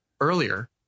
earlier